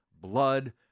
blood